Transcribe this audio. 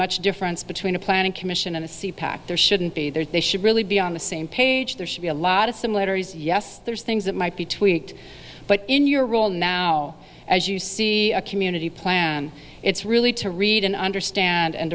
much difference between a planning commission and a c pac there shouldn't be there they should really be on the same page there should be a lot of similarities yes there's things that might be tweaked but in your role now as you see a community plan it's really to read and understand and